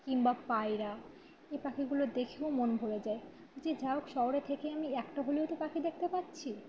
কিংবা পায়রা এই পাখিগুলো দেখেও মন ভরে যায় যে যা হোক শহরে থেকে আমি একটা হলেও তো পাখি দেখতে পাচ্ছি